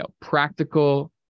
practical